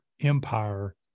empire